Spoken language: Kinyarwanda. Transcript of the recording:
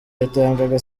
yatangaga